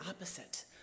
opposite